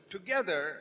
Together